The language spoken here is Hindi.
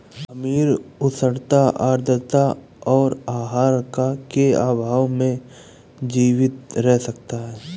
खमीर उष्णता आद्रता और आहार के अभाव में जीवित रह सकता है